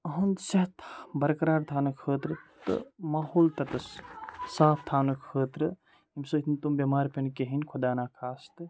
یِہُنٛد صحت برقرار تھاونہٕ خٲطرٕ تہٕ ماحول تَتَس صاف تھاونہٕ خٲطرٕ ییٚمہِ سۭتۍ نہٕ تٕم بٮ۪مار پیٚن کِہیٖنۍ خُدا نا خاستہٕ